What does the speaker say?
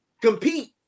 compete